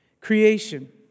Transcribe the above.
creation